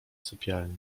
sypialni